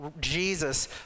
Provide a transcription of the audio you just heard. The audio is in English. Jesus